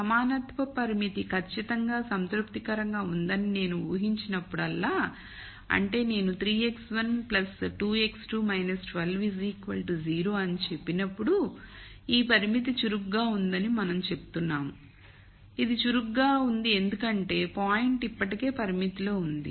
సమానత్వ పరిమితి ఖచ్చితంగా సంతృప్తికరంగా ఉందని నేను ఊహించినప్పుడల్లా అంటే నేను 3x1 2 x2 12 0 అని చెప్పినప్పుడు ఈ పరిమితి చురుకుగా ఉందని మనం చెప్తున్నాము ఇది చురుకుగా ఉంది ఎందుకంటే పాయింట్ ఇప్పటికే పరిమితిలో ఉంది